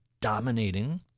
dominating